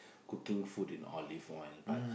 cooking food in olive oil but